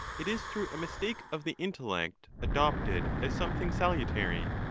it is through a mistake of the intellect adopted as something salutary.